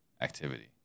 activity